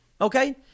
Okay